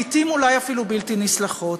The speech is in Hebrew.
לעתים אולי אפילו בלתי נסלחות.